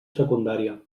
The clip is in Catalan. secundària